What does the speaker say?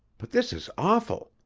but this is awful!